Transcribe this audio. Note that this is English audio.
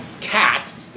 cat